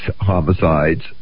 homicides